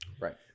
right